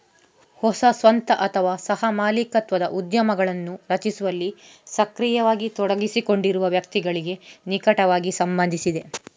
ಹೊಸ ಸ್ವಂತ ಅಥವಾ ಸಹ ಮಾಲೀಕತ್ವದ ಉದ್ಯಮಗಳನ್ನು ರಚಿಸುವಲ್ಲಿ ಸಕ್ರಿಯವಾಗಿ ತೊಡಗಿಸಿಕೊಂಡಿರುವ ವ್ಯಕ್ತಿಗಳಿಗೆ ನಿಕಟವಾಗಿ ಸಂಬಂಧಿಸಿದೆ